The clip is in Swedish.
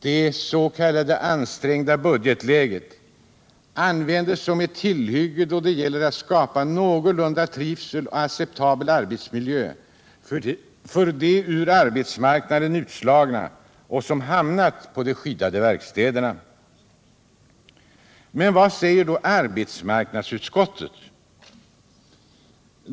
Det s.k. ansträngda budgetläget används som ett tillhygge då det gäller att skapa någorlunda trivsel och en acceptabel arbetsmiljö för de ur arbetsmarknaden utslagna som hamnat på de skyddade verkstäderna. Men vad säger då arbetsmarknadsutskottet?